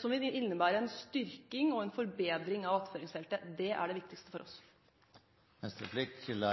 som vil innebære en styrking og en forbedring av attføringsfeltet. Det er det viktigste for oss. I Aftenposten